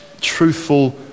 truthful